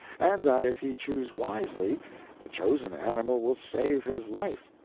and that if he choose wisely the chosen animal will save his life,